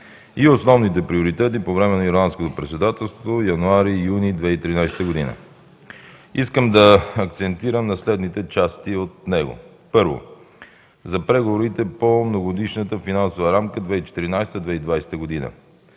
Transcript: и основните приоритети по време на Ирландското председателство – януари-юни 2013 г. Искам да акцентирам на следните части от него. Първо, за преговорите по многогодишната финансова рамка 2014-2020 г.